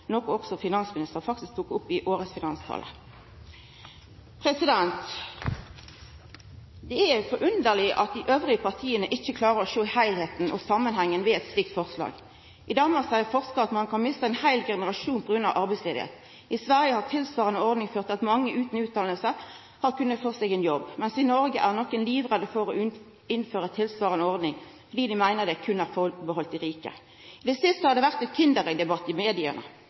årets finanstale. Det er forunderleg at dei andre partia ikkje klarer å sjå heilskapen og samanhengen ved eit slikt forslag. I Danmark seier forskarar at ein kan mista ein heil generasjon på grunn av arbeidsløyse, i Sverige har tilsvarande ordning ført til at mange utan utdanning har kunna få seg ein jobb, mens i Noreg er nokon livredde for å innføra tilsvarande ordning, fordi dei meiner det berre gjeld dei rike. I det siste har det vore ein kindereggdebatt i media. I